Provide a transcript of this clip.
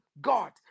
God